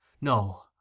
No